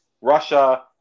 Russia